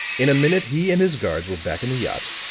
in a minute he and his guards were back in the yacht,